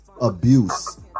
abuse